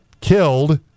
killed